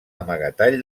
amagatall